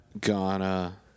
Ghana